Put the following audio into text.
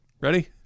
ready